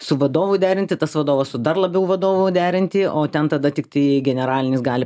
su vadovu derinti tas vadovas su dar labiau vadovu derinti o ten tada tiktai generalinis gali